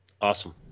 Awesome